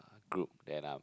group that I'm